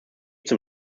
zum